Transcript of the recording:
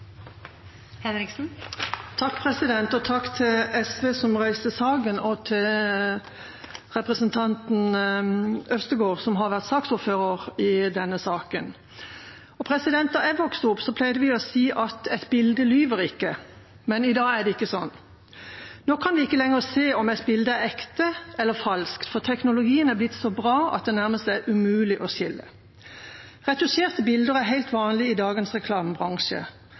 Takk til SV, som reiste saken, og til representanten Øvstegård, som har vært saksordfører for denne saken. Da jeg vokste opp, pleide vi å si at et bilde lyver ikke. Men i dag er det ikke sånn. Nå kan vi ikke lenger se om et bilde er ekte eller falskt, for teknologien er blitt så bra at det nærmest er umulig å skille. Retusjerte bilder er helt vanlig i